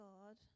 God